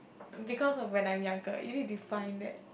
because of when I we are girl you no need define that